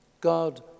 God